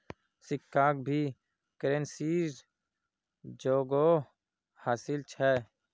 सिक्काक भी करेंसीर जोगोह हासिल छ